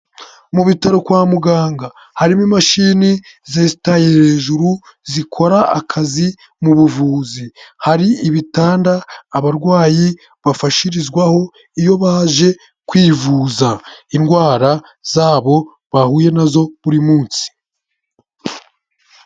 Mu bitaro kwa muganga harimo imashini zesitaye hejuru zikora akazi mu buvuzi, hari ibitanda abarwayi bafashirizwaho iyo baje kwivuza, indwara zabo bahuye nazo buri munsi.